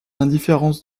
indifférence